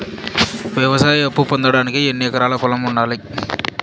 వ్యవసాయ అప్పు పొందడానికి ఎన్ని ఎకరాల పొలం ఉండాలి?